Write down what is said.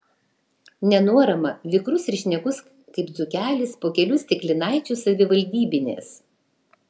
nenuorama vikrus ir šnekus kaip dzūkelis po kelių stiklinaičių savivaldybinės